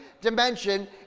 dimension